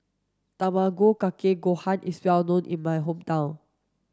tamago kake gohan is well known in my hometown